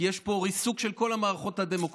כי יש פה ריסוק של כל המערכות הדמוקרטיות.